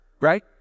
right